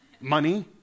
Money